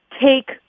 take